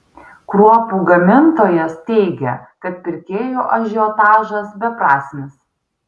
kruopų gamintojas teigia kad pirkėjų ažiotažas beprasmis